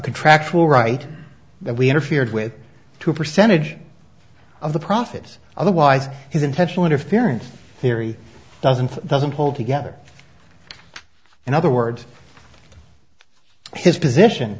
contractual right that we interfered with to a percentage of the profits otherwise his intentional interference theory doesn't doesn't hold together in other words his position